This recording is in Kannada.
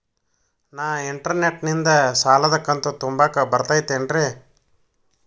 ನಾ ಇಂಟರ್ನೆಟ್ ನಿಂದ ಸಾಲದ ಕಂತು ತುಂಬಾಕ್ ಬರತೈತೇನ್ರೇ?